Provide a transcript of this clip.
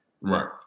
Right